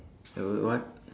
uh wait what